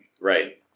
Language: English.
Right